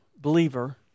believer